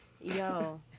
Yo